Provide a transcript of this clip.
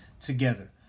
together